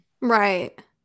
Right